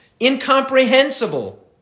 incomprehensible